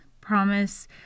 Promise